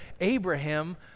Abraham